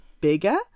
bigger